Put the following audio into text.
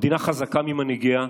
המדינה חזקה ממנהיגיה,